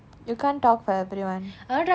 you can't talk for everyone